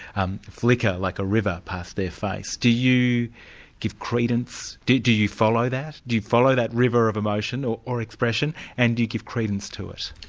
and flicker like a river past their face? do you give credence, do do you follow that? do you follow that river of emotion or or expression and do you give credence to it?